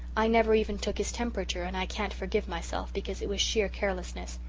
i never even took his temperature, and i can't forgive myself, because it was sheer carelessness.